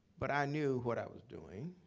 but i knew what i was doing.